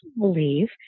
believe